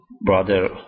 Brother